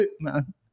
man